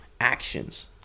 actions